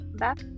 back